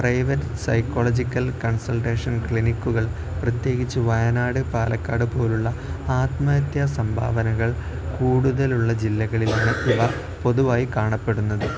private psychological consultation ക്ലിനിക്കുകൾ പ്രത്യേകിച്ച് വയനാട് പാലക്കാട് പോലുള്ള ആത്മഹത്യ സംഭാവനകൾ കൂടുതലുള്ള ജില്ലകളിൽനിന്ന് ഉള്ള പൊതുവായി കാണപ്പെടുന്നത്